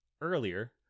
earlier